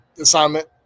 assignment